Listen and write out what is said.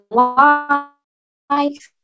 life